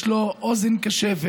יש לו אוזן קשבת,